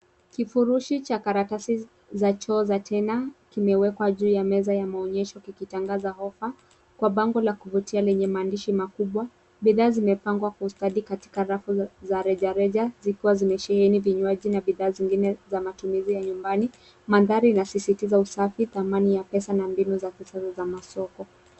Kifurushi cha karatasi za choo za tena kimewekwa juu ya meza ya maonyesho kikitangaza ofa kwa bango la kuvutia lenye maandishi makubwa. Bidhaa zimepangwa kwa ustadi katika rafu za rejareja zikiwa zimesheheni vinywaji na bidhaa zingine za matumizi ya nyumbani. Mandhari inasisitiza usafi, thamani ya pesa na mbinu za kisasa za masoko.